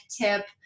tip